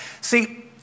See